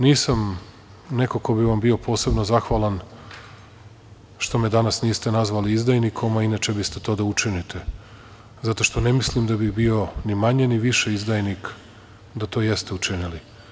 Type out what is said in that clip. Nisam neko ko bi vam bio posebno zahvalan, što me danas niste nazvali izdajnikom, a inače biste to da učinite, zato što ne mislim da bih bio ni manje, ni više izdajnik da to jeste učinili.